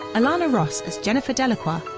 alana ross as jennifer delacroix,